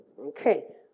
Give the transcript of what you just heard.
Okay